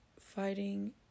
fighting